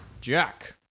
Jack